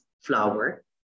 flower